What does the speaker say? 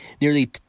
nearly